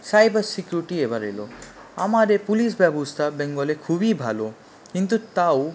cyber security আবার এল আমাদের পুলিশ ব্যবস্থা বেঙ্গলে খুবই ভালো কিন্তু তাও